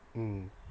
mm